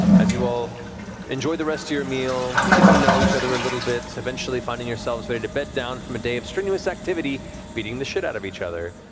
as you all enjoy the rest of your meal, get to know each other a little bit, eventually finding yourselves ready to bed down from a day of strenuous activity beating the shit out of each other.